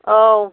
औ